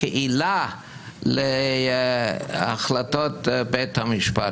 כעילה להחלטות בית המשפט,